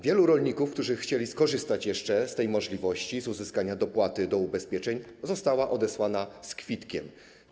Wielu rolników, którzy chcieli skorzystać jeszcze z możliwości uzyskania dopłaty do ubezpieczeń, zostało odesłanych z kwitkiem.